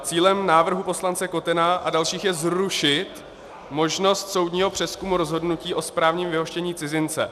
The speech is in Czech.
Cílem návrhu poslance Kotena a dalších je zrušit možnost soudního přezkumu rozhodnutí o správním vyhoštění cizince.